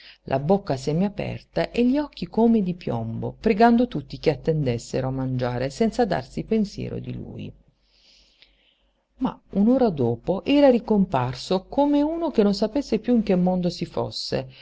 la bocca semiaperta e gli occhi come di piombo pregando tutti che attendessero a mangiare senza darsi pensiero di lui ma un'ora dopo era ricomparso come uno che non sapesse piú in che mondo si fosse